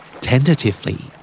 Tentatively